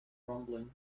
rumbling